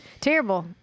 Terrible